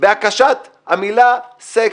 בהקשת המלה "סקס"